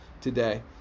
today